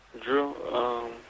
Drew